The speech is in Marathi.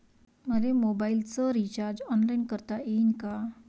मले मोबाईलच रिचार्ज ऑनलाईन करता येईन का?